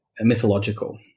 mythological